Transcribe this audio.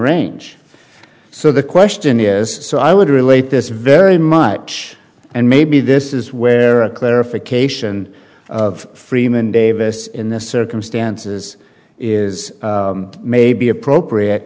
range so the question is so i would relate this very much and maybe this is where a clarification of freeman davis in the circumstances is may be appropriate